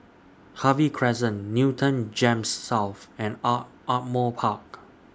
Harvey Crescent Newton Gems South and Ardmore Park